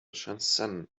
shenzhen